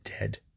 dead